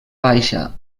baixa